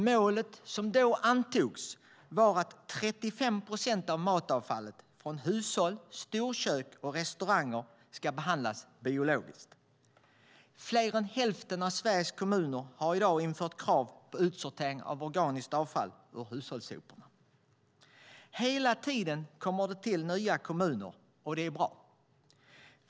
Målet som då antogs var att 35 procent av matavfallet från hushåll, storkök och restauranger ska behandlas biologiskt. Fler än hälften av Sveriges kommuner har redan infört krav på utsortering av organiskt avfall ur hushållssoporna. Hela tiden kommer det till nya kommuner, och det är bra.